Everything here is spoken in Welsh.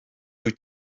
wyt